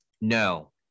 No